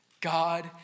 God